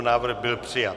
Návrh byl přijat.